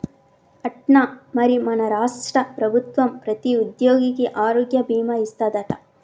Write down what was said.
అట్నా మరి మన రాష్ట్ర ప్రభుత్వం ప్రతి ఉద్యోగికి ఆరోగ్య భీమా ఇస్తాదట